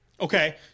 Okay